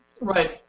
Right